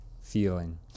feeling